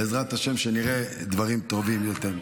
בעזרת השם שנראה דברים טובים יותר.